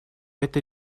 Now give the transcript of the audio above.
это